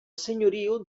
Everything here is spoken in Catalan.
senyoriu